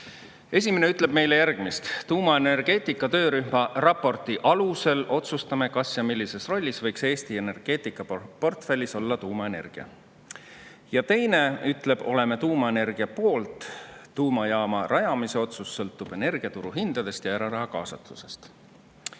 Esimene ütleb meile järgmist: tuumaenergeetika töörühma raporti alusel otsustame, kas ja millises rollis võiks Eesti energeetikaportfellis olla tuumaenergia. Ja teine ütleb: oleme tuumaenergia poolt, tuumajaama rajamise otsus sõltub energia turuhindadest ja eraraha kaasatusest. Täna